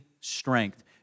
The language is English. strength